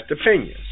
opinions